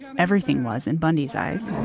everything was in bundy's eyes,